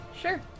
Sure